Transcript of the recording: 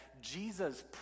Jesus